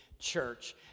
church